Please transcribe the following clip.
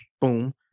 boom